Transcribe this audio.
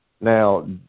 Now